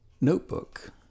notebook